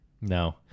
No